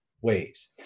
ways